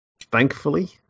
thankfully